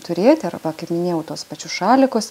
turėti arba kaip minėjau tuos pačius šalikus